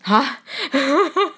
哈